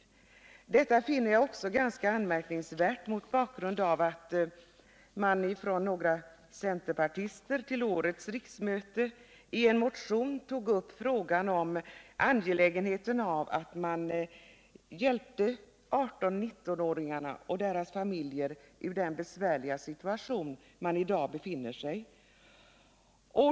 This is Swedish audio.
Också detta finner jag ganska anmärkningsvärt, mot bakgrund av att några centerpartister i en motion till detta riksmöte tagit upp frågan om angelägenheten av att hjälpa 18 och 19-åringarna och deras familjer ur den besvärliga situation som de i dag befinner sig i.